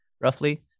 roughly